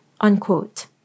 unquote